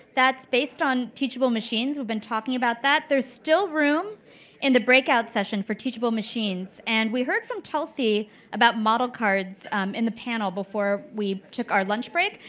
that's based on teachable machines. we've been talking about that. there's still room in the breakout session for teachable machines, and we heard from chelsea about model cards in the panel before we took our lunch break.